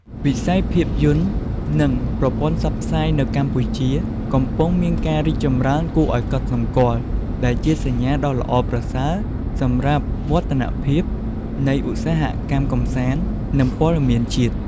វិស័យភាពយន្ត និងប្រព័ន្ធផ្សព្វផ្សាយនៅកម្ពុជា កំពុងមានការរីកចម្រើនគួរឱ្យកត់សម្គាល់ ដែលជាសញ្ញាណដ៏ល្អប្រសើរសម្រាប់វឌ្ឍនភាពនៃឧស្សាហកម្មកម្សាន្ត និងព័ត៌មានជាតិ។